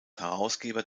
herausgeber